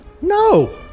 No